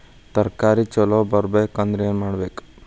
ತರಕಾರಿ ಛಲೋ ಬರ್ಬೆಕ್ ಅಂದ್ರ್ ಏನು ಮಾಡ್ಬೇಕ್?